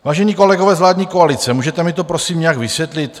Vážení kolegové z vládní koalice, můžete mi to prosím nějak vysvětlit?